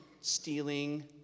stealing